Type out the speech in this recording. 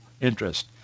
interest